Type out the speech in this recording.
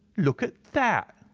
look at that!